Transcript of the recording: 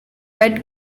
red